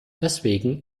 deswegen